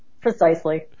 Precisely